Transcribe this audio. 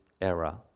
era